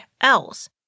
else